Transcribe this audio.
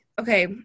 okay